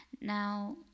Now